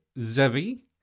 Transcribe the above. Zevi